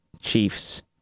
Chiefs